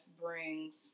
brings